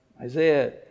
Isaiah